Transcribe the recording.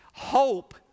Hope